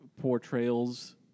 portrayals